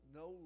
no